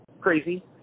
crazy